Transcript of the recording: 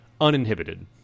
uninhibited